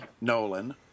Nolan